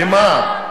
לְמה?